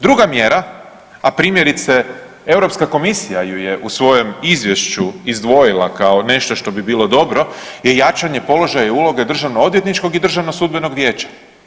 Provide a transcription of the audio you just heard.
Druga mjera, a primjerice Europska komisija ju je u svojem izvješću izdvojila kao nešto što bi bilo dobro je jačanje položaja i uloge državno-odvjetničkog i državno-sudbenog vijeća.